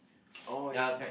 oh ya ya